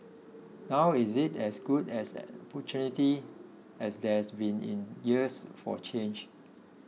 now is it as good as an opportunity as there's been in years for change